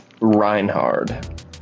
Reinhard